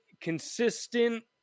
consistent